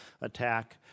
attack